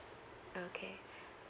okay